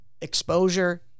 exposure